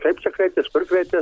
kaip čia kreiptis kur kreiptis